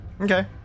Okay